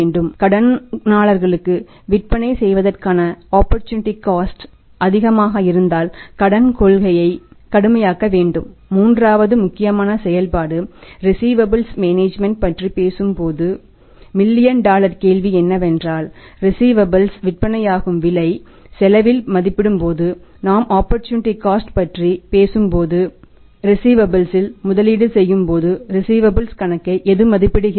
ஆனால் கடனாளர்களுக்கு விற்பனை செய்வதற்கான ஆப்பர்சூனிட்டி காஸ்ட் கணக்கை எது மதிப்பிடுகிறது